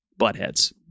buttheads